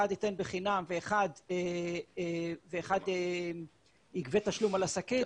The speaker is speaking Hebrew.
אחד ייתן בחינם ואחד יגבה תשלום על השקית,